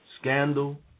scandal